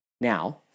Now